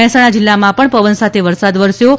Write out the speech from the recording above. મહેસાણા જિલ્લામાં પણ પવન સાથે વરસાદ વરસ્યો હતો